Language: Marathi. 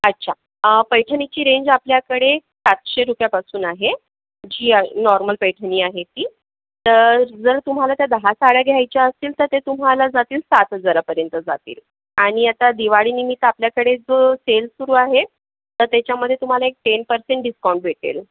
अच्छा पैठणीची रेंज आपल्याकडे सातशे रुपयापासून आहे जी नॉर्मल पैठणी आहे ती तर जर तुम्हाला त्या दहा साड्या घ्यायच्या असील तर ते तुम्हाला जातील सात हजारापर्यंत जातील आणि आता दिवाळीनिमित्त आपल्याकडे जो सेल सुरू आहे तर तेच्यामध्ये तुम्हाला एक टेन परसेंट डिस्काउंट भेटेल